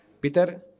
Peter